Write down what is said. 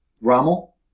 Rommel